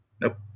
Nope